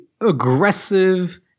aggressive